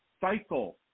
cycle